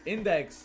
Index